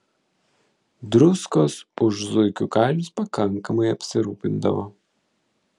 druskos už zuikių kailius pakankamai apsirūpindavo